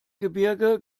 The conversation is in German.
gebirge